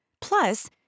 Plus